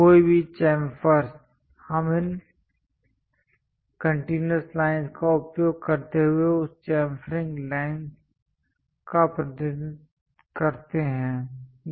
कोई भी चैंफर हम इन कंटीन्यूअस लाइंस का उपयोग करते हुए उस चेंफरिंग लेंस का प्रतिनिधित्व करते हैं